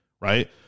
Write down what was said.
right